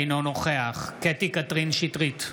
אינו נוכח קטי קטרין שטרית,